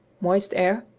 moist air,